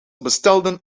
bestelden